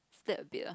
slept a bit ah